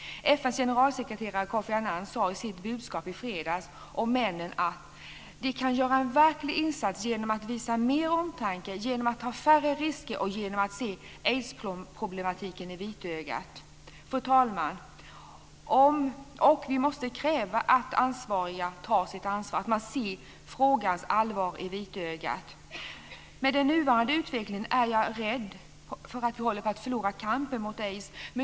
FN:s generelsekreterare Kofi Annan sade i sitt budskap i fredags om männen: De kan göra en verklig insats genom att visa mera omtanke, genom att ta färre risker och genom att se aidsproblematiken i vitögat. Och vi måste, fru talman, kräva att ansvariga tar sitt ansvar, att man ser frågans allvar i vitögat. Med den nuvarande utvecklingen är jag rädd att vi håller på att förlora kampen mot aids.